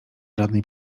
żadnej